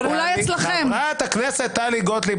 חברת הכנסת טלי גוטליב,